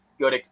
good